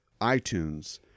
iTunes